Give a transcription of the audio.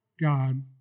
God